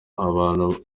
abantu